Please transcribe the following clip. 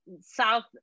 South